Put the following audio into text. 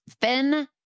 finn